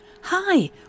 Hi